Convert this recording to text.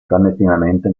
clandestinamente